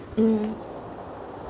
mm